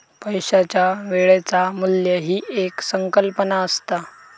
पैशाच्या वेळेचा मू्ल्य ही एक संकल्पना असता